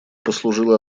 послужила